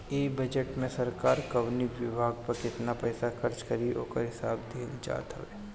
इ बजट में सरकार कवनी विभाग पे केतना पईसा खर्च करी ओकर हिसाब दिहल जात हवे